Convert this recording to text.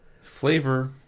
Flavor